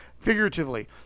figuratively